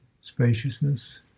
spaciousness